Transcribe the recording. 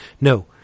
no